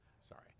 Sorry